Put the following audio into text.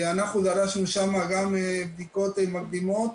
אנחנו דרשנו שם גם בדיקות מקדימות